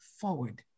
forward